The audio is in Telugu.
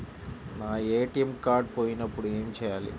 నా ఏ.టీ.ఎం కార్డ్ పోయినప్పుడు ఏమి చేయాలి?